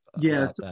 Yes